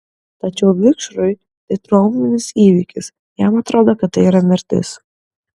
tačiau vikšrui tai trauminis įvykis jam atrodo kad tai yra mirtis